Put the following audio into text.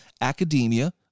academia